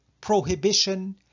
prohibition